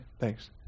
Thanks